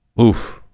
oof